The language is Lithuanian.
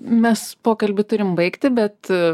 mes pokalbį turim baigti bet